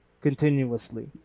continuously